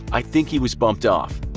i think he was bumped off.